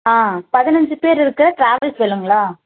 பதினஞ்சு பேர் இருக்க டிராவல்ஸ் வேணுங்களா